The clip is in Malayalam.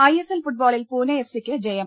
ഐ എസ് എൽ ഫുട്ബോളിൽ പൂനെ എഫ് സിക്ക് ജയം